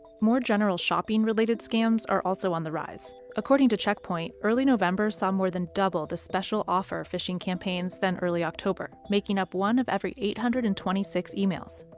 more general shopping-related scams are also on the rise. according to check point, early november saw more than double the special offer phishing campaigns than early october, making up one of every eight hundred and twenty six emails.